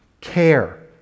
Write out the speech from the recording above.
Care